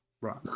Right